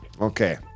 Okay